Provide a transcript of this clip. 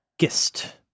gist